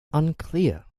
unclear